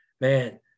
Man